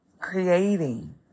creating